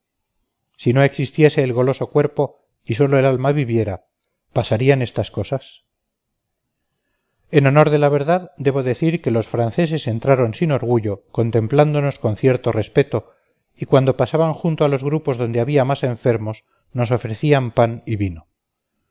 si no existiese el goloso cuerpo y sólo el alma viviera pasarían estas cosas en honor de la verdad debo decir que los franceses entraron sin orgullo contemplándonos con cierto respeto y cuando pasaban junto a los grupos donde había más enfermos nos ofrecían pan y vino